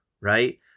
right